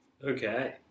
Okay